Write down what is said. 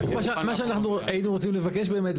מה שאנחנו היינו רוצים לבקש באמת,